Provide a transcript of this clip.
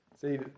See